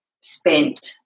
spent